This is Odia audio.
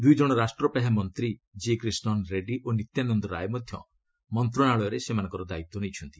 ଦୁଇ ଜଣ ରାଷ୍ଟ୍ରପାହ୍ୟା ମନ୍ତ୍ରୀ ଜି କ୍ରିଷନ୍ ରେଡ଼ୁୀ ଓ ନିତ୍ୟାନନ୍ଦ ରାୟ ମଧ୍ୟ ମନ୍ତ୍ରଣାଳୟରେ ସେମାନଙ୍କର ଦାୟିତ୍ୱ ନେଇଛନ୍ତି